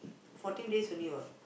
fourteen days only what